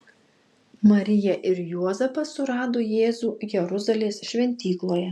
marija ir juozapas surado jėzų jeruzalės šventykloje